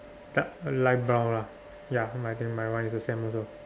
dark light brown lah ya my thing my one is the same also